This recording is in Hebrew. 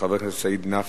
של חבר הכנסת סעיד נפאע,